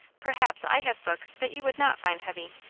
perhaps i have books that you would not find heavy.